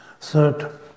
Third